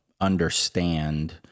understand